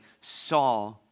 saw